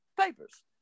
papers